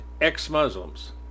ex-Muslims